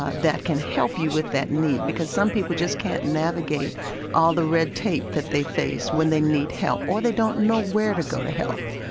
ah that can help you with that need because some people just can't navigate all the red tape that they face when they need help. or they don't know where to go for help.